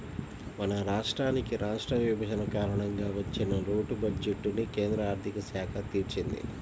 మన రాష్ట్రానికి రాష్ట్ర విభజన కారణంగా వచ్చిన లోటు బడ్జెట్టుని కేంద్ర ఆర్ధిక శాఖ తీర్చింది